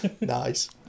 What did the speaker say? Nice